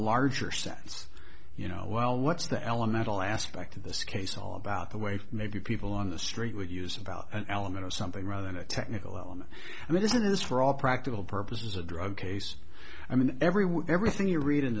larger sense you know well what's the elemental aspect of this case all about the way maybe people on the street would use about an element of something rather than a technical element and this is for all practical purposes a drug case i mean everyone everything you read in